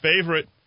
favorite